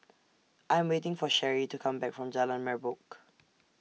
I Am waiting For Cherie to Come Back from Jalan Merbok